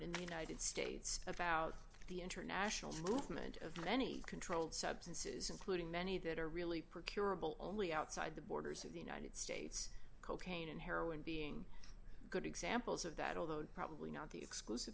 united states about the international movement of many controlled substances including many that are really procurable only outside the borders of the united states cocaine and heroin being good examples of that although probably not the exclusive